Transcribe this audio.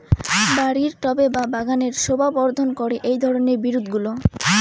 বাড়ির টবে বা বাগানের শোভাবর্ধন করে এই ধরণের বিরুৎগুলো